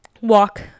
walk